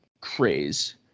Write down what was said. craze